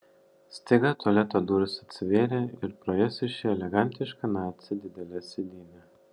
staiga tualeto durys atsivėrė ir pro jas išėjo elegantiška nacė didele sėdyne